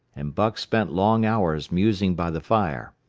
and buck spent long hours musing by the fire.